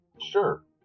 Sure